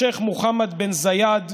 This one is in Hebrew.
לשייח' מוחמד בן זאייד,